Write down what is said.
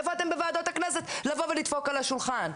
איפה אתם בוועדות הכנסת לבוא ולדפוק על השולחן,